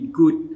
good